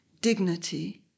dignity